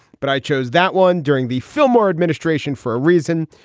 but i chose that one during the fillmore administration for a reason.